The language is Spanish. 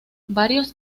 varios